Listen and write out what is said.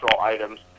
items